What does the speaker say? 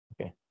Okay